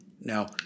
Now